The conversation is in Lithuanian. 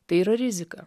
tai yra rizika